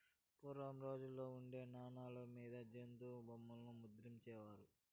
పూర్వం రోజుల్లో ఉండే నాణాల మీద జంతుల బొమ్మలు ముద్రించే వారు